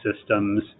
systems